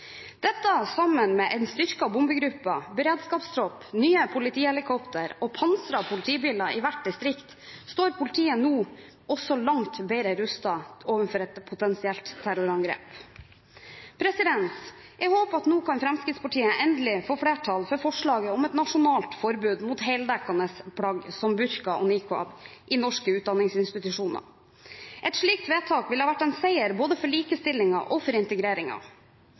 Dette sammen med en styrket bombegruppe, beredskapstropp, nye politihelikoptre og pansrede politibiler i hvert distrikt gjør at politiet nå også står langt bedre rustet overfor et potensielt terrorangrep. Jeg håper at Fremskrittspartiet nå endelig kan få flertall for forslaget om et nasjonalt forbud mot heldekkende plagg som burka og nikab i norske utdanningsinstitusjoner. Et slikt vedtak ville vært en seier både for likestillingen og for